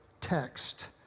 text